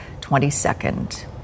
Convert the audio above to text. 22nd